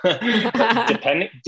depending